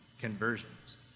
conversions